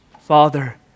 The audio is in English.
Father